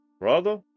Brother